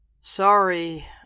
Sorry